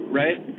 right